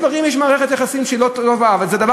יש מערכת יחסים שהיא לא טובה,